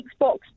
Xbox